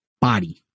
body